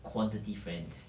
quantity friends